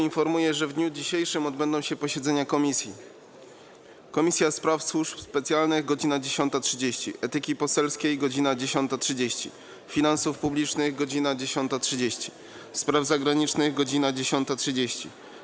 Informuję, że w dniu dzisiejszym odbędą się posiedzenia Komisji: - do Spraw Służb Specjalnych - godz. 10.30, - Etyki Poselskiej - godz. 10.30, - Finansów Publicznych - godz. 10.30, - Spraw Zagranicznych - godz. 10.30,